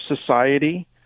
society